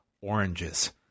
oranges